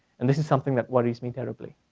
and this is something that worries me terribly.